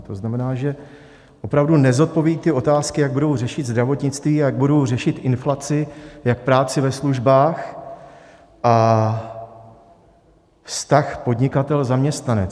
To znamená, že opravdu nezodpoví otázky, jak budou řešit zdravotnictví a jak budou řešit inflaci, jak práci ve službách a vztah podnikatelzaměstnanec.